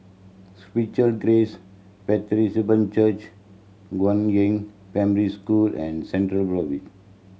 Spiritual Grace Church Guangyang Primary School and Central Boulevard